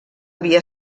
havia